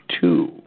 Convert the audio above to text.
two